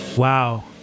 Wow